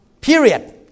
Period